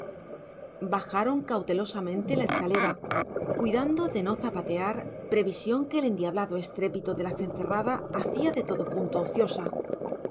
bajaron cautelosamente la escalera cuidando de no zapatear previsión que el endiablado estrépito de la cencerrada hacía de todo punto ociosa